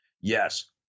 Yes